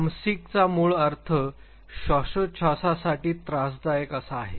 तामसिकचा मूळ अर्थ श्वासोच्छवासासाठी त्रासदायक असा आहे